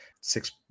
six